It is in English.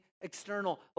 external